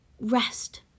rest